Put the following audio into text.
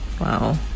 Wow